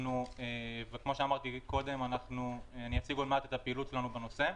וכפי שאמרתי אציג עוד מעט את פעילותנו בנושא.